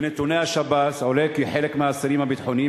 מנתוני השב"ס עולה כי חלק מהאסירים הביטחוניים